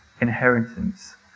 inheritance